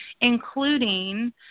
including